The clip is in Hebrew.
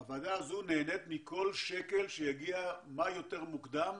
האינטרס של הקרן הוא להגיע כמה שיותר מוקדם